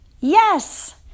Yes